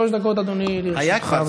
שלוש דקות, אדוני, לרשותך.